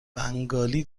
بنگالی